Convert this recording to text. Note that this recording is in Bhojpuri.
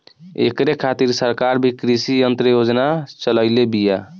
ऐकरे खातिर सरकार भी कृषी यंत्र योजना चलइले बिया